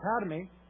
Academy